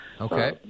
okay